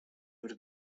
would